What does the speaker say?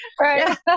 Right